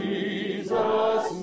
Jesus